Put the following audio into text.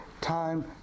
time